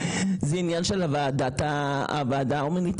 וזה העניין של הוועדה ההומניטרית.